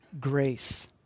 grace